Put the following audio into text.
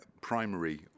primary